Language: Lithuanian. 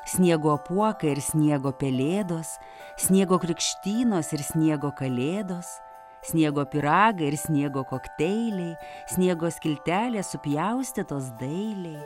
sniego apuokai ir sniego pelėdos sniego krikštynos ir sniego kalėdos sniego pyragai ir sniego kokteiliai sniego skiltelės supjaustytos dailiai